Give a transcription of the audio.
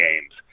Games